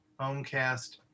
Homecast